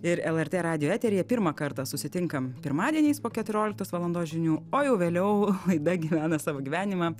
ir lrt radijo eteryje pirmą kartą susitinkam pirmadieniais po keturioliktos valandos žinių o jau vėliau laida gyvena savo gyvenimą